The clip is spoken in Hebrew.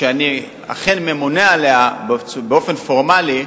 שאני אכן ממונה עליה באופן פורמלי,